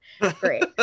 great